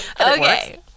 Okay